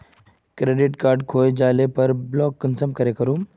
Credit card खोये जाले पर ब्लॉक कुंसम करे करूम?